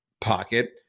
pocket